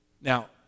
Now